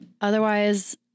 otherwise